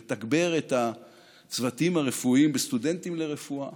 לתגבר את הצוותים הרפואיים בסטודנטים לרפואה,